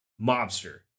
mobster